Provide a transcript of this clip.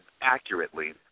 accurately